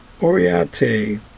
Oriate